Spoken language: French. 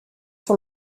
sur